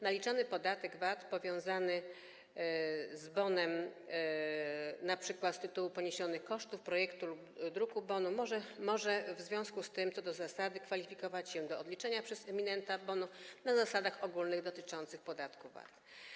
Naliczany podatek VAT powiązany z bonem, np. z tytułu poniesionych kosztów projektu lub druku bonu, może w związku z tym co do zasady kwalifikować się do odliczenia przez emitenta bonu na zasadach ogólnych dotyczących podatku VAT.